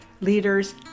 leaders